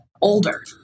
Older